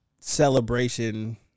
Celebration